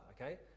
Okay